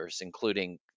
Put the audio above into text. including